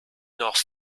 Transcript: noch